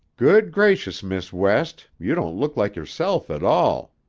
good gracious, miss west! you don't look like yourself at all!